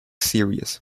series